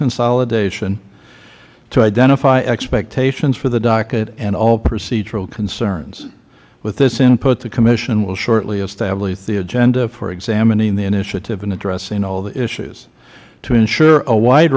consolidation to identify expectations for the docket and all procedural concerns with this input the commission will shortly establish the agenda for examining the initiative and addressing all the issues to ensure a wide